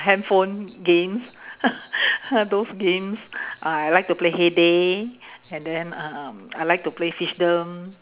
handphone games those games I like to play hay day and then uh I like to play fishdom